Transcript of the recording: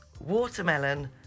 watermelon